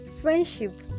friendship